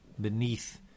beneath